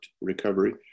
recovery